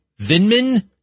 Vinman